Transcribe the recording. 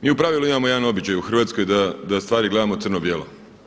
Mi u pravilu imamo jedan običaj u Hrvatskoj da stvari gledamo crno bijelo.